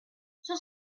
cent